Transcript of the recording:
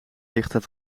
lichten